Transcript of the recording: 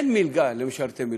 אין מלגה למשרתי מילואים.